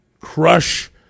crush